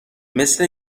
مثل